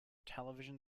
television